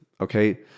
Okay